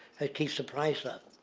that keeps the price up.